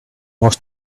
was